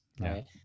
Right